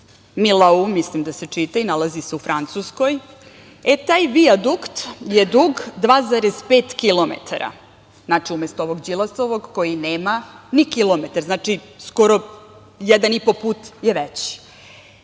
"Milau", mislim da se čita, i nalazi se u Francuskoj, e taj vijadukt je dug 2,5 kilometara. Znači, umesto ovog Đilasovog koji nema kilometar. Znači, skoro jedan i po put je veći.I